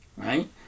right